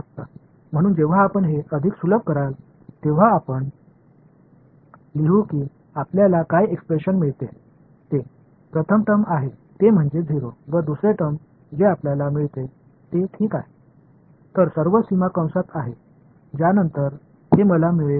எனவே இதை மேலும் எளிமைப்படுத்தும்போது எனவே இதை மேலும் எளிமைப்படுத்தும்போது நீங்கள் பெறும் வெளிப்பாடு 0 இல் உள்ளது மேலும் நீங்கள் பெறும் இரண்டாவது சொல் ok எனவே எல்லா எல்லைகளும் அடைப்புக் குறிகள் ஆக உள்ளன அதைத்தான் நான் பெறுகிறேன்